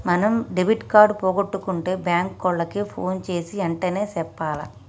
మనం debit card పోగొట్టుకుంటే bank ఓళ్ళకి పోన్ జేసీ ఎంటనే చెప్పాల